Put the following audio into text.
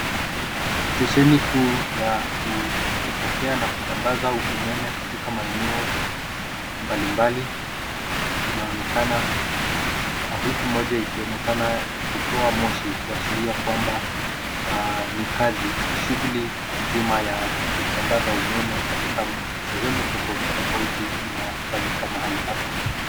Stesheni kuu ya kupokea na kusambaza umeme katika maeneo mbalimbali inaonekana huku moja ikionekana kutoa moshi kuashiria kwamba ni kazi shughuli nzima ya kusambaza umeme katika sehemu tofauti tofauti inafanyika mahali hapa.